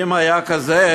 ואם היה כזה,